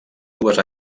dues